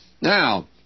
Now